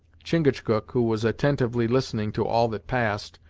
chingachgook, who was attentively listening to all that passed,